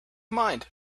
mind